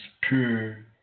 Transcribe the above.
pure